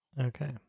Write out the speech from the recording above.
Okay